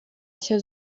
nshya